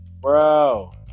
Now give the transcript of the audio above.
Bro